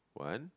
one